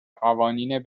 قوانین